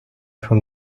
from